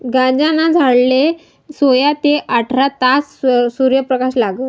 गांजाना झाडले सोया ते आठरा तास सूर्यप्रकाश लागस